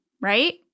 right